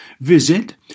Visit